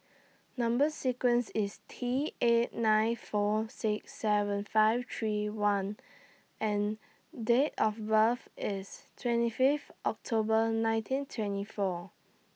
Number sequence IS T eight nine four six seven five three one and Date of birth IS twenty Fifth October nineteen twenty four